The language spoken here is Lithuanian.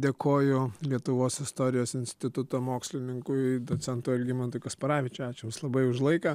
dėkoju lietuvos istorijos instituto mokslininkui docentui algimantui kasparavičiui ačiū jums labai už laiką